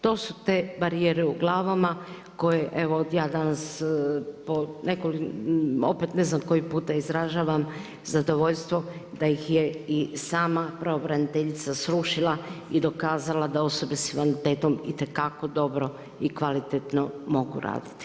To su te barijere u glavama, koje evo ja danas opet ne znam koji puta izražavam zadovoljstvo, da ih je i sama pravobraniteljica srušila i dokazala da osobe s invaliditetom itekako dobro i kvalitetno raditi.